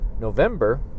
November